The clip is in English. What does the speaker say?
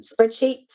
spreadsheets